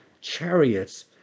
chariots